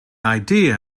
idea